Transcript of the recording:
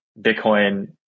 Bitcoin